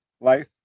life